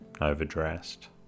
overdressed